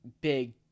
big